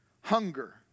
hunger